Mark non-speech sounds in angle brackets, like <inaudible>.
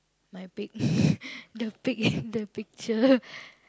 my pig <laughs> the pig the picture